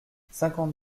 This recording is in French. cinquante